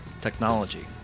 technology